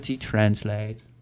Translate